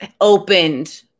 opened